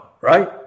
right